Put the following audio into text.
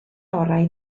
orau